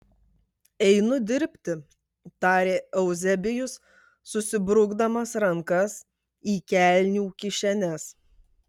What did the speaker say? einu dirbti tarė euzebijus susibrukdamas rankas į kelnių kišenes